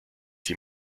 sie